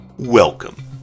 Welcome